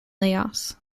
layoffs